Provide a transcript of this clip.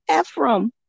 Ephraim